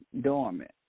dormant